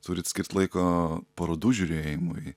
turit skirt laiko parodų žiūrėjimui